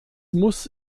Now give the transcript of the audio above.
muss